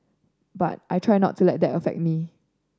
but I try not to let that affect me